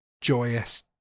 joyous